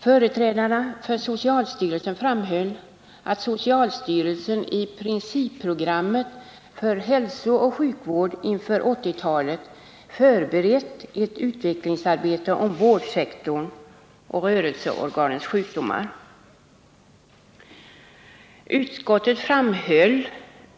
Företrädarna för socialstyrelsen framhöll att socialstyrelsen i principprogrammet för hälsooch sjukvården inför 1980-talet förberett ett utvecklingsarbete om vårdsektorn rörelseorganens sjukdomar.